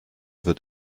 wird